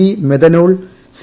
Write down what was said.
G methanol C